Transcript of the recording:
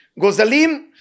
Gozalim